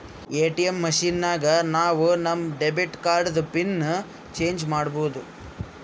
ATM machine ನಾಗ್ ನಾವ್ ನಮ್ ಡೆಬಿಟ್ ಕಾರ್ಡ್ದು ಪಿನ್ ಚೇಂಜ್ ಮಾಡ್ಬೋದು